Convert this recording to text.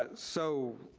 ah so,